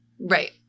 right